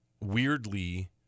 weirdly